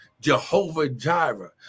Jehovah-Jireh